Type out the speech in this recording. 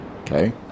Okay